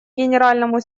генеральному